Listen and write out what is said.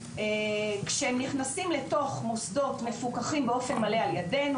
כשהם נכנסים לתוך מוסדות מפוקחים באופן מלא על ידינו,